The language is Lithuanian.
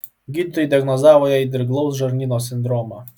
gydytojai diagnozavo jai dirglaus žarnyno sindromą